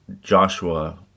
Joshua